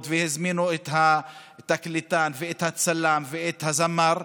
והזמינו את התקליטן ואת הצלם ואת הזמר,